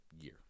year